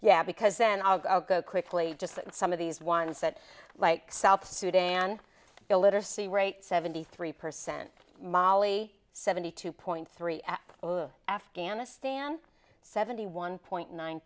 yeah because then i'll go quickly just some of these ones that like south sudan illiteracy rate seventy three percent mali seventy two point three zero afghanistan seventy one point nine